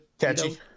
catchy